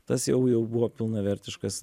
tas jau jau buvo pilnavertiškas